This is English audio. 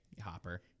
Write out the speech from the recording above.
Hopper